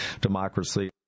democracy